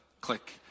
click